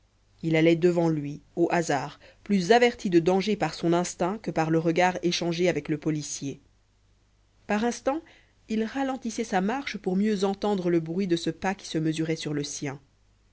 il allait devant lui au hasard plus averti du danger par son instinct que par le regard échangé avec le policier par instants il ralentissait sa marche pour mieux entendre le bruit de ce pas qui se mesurait sur le sien